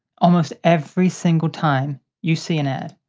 almost every single time you see an ad.